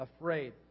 afraid